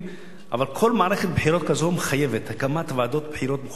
אבל כל מערכת בחירות כזאת מחייבת הקמת ועדות בחירות מחוזיות,